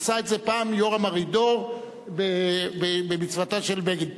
עשה את זה פעם יורם ארידור, במצוותו של בגין.